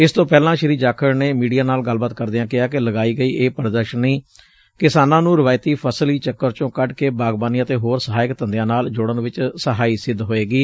ਇਸ ਤੋਂ ਪਹਿਲਾਂ ਸ੍ਰੀ ਜਾਖੜ ਨੇਂ ਮੀਡੀਆ ਨਾਲ ਗੱਲਬਾਤ ਕਰਦਿਆਂ ਕਿਹਾ ਕਿ ਲਗਾਈ ਗਈ ਇਹ ਪ੍ਦਰਸ਼ਨੀ ਕਿਸਾਨਾਂ ਨੂੰ ਰਵਾਇਤੀ ਫਸਲੀ ਚੱਕਰ 'ਚੋਂ ਕੱਢ ਕੇ ਬਾਗਬਾਨੀ ਅਤੇ ਹੋਰ ਸਹਾਇਕ ਧੰਦਿਆਂ ਨਾਲ ਜੋਤਨ ਵਿਚ ਸਹਾਈ ਸਿੱਧ ਹੋਵੇਗੀ